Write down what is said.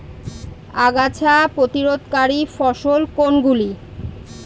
আগাছা প্রতিরোধকারী ফসল কোনগুলি?